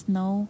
no